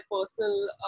personal